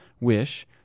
wish